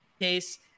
case